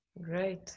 Great